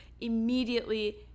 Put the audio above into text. immediately